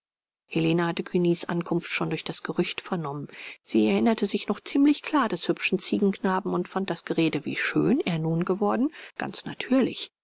helene hatte cugny's ankunft schon durch das gerücht vernommen sie erinnerte sich noch ziemlich klar des hübschen ziegenknaben und fand das gerede wie schön er nun geworden ganz natürlich